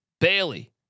Bailey